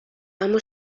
اما